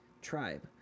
tribe